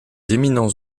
éminents